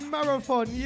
Marathon